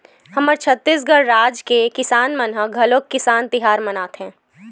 हमर छत्तीसगढ़ राज के किसान मन ह घलोक किसान तिहार मनाथे